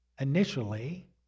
initially